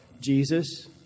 Jesus